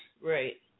Right